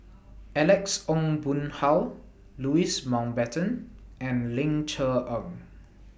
Alex Ong Boon Hau Louis Mountbatten and Ling Cher Eng